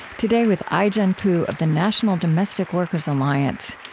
today, with ai-jen poo of the national domestic workers alliance.